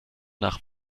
nach